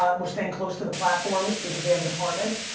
ah we're staying close to the platforms because we have a department.